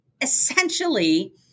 essentially